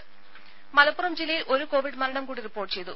ദേദ മലപ്പുറം ജില്ലയിൽ ഒരു കോവിഡ് മരണം കൂടി റിപ്പോർട്ട് ചെയ്തു